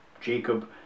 Jacob